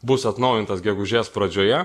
bus atnaujintas gegužės pradžioje